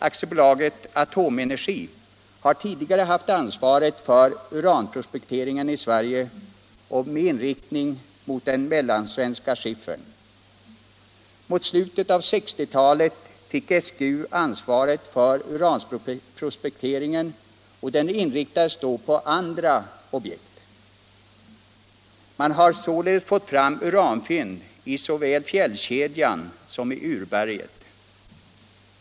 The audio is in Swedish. AB Atomenergi har tidigare haft ansvaret för uranprospekteringen i Sverige med utriktning mot de mellansvenska skiffrarna. Mot slutet av 1960-talet fick SGU ansvaret för uranprospekteringen, och den inriktades då på andra objekt. Man har således gjort uranfynd så väl i fjällkedjan som i urberget.